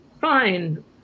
fine